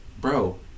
Bro